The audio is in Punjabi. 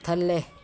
ਥੱਲੇ